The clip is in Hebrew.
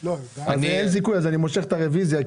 אז אני מושך את הרוויזיה,